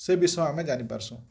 ସେ ବିଷୟ ଆମେ ଜାଣିପାରୁସୁଁ